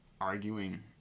arguing